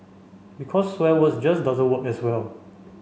because swear words just doesn't work as well